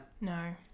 No